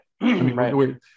right